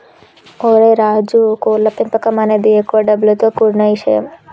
ఓరై రాజు కోళ్ల పెంపకం అనేది ఎక్కువ డబ్బులతో కూడిన ఇషయం